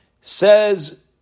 Says